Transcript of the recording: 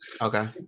okay